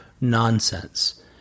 nonsense